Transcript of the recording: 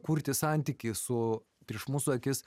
kurti santykį su prieš mūsų akis